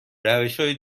روشهای